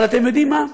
אבל אתם יודעים מה,